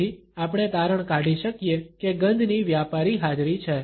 તેથી આપણે તારણ કાઢી શકીએ કે ગંધની વ્યાપારી હાજરી છે